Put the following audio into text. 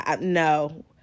no